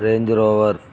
Range Rover